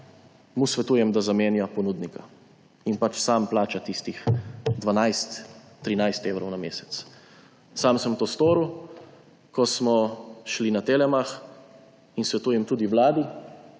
mu svetujem, da zamenja ponudnika in sam plača tistih 12, 13 evrov na mesec. Sam sem to storil, ko smo šli na Telemach in svetujem tudi Vladi.